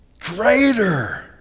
greater